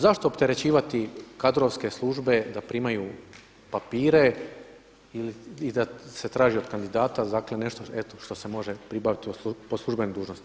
Zašto opterećivati kadrovske službe da primaju papire i da se traži od kandidata dakle nešto eto što se može pribaviti po službenoj dužnosti?